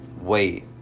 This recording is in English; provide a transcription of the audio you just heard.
wait